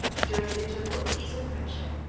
during an interval of peace and friendship,